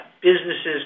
businesses